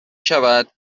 شود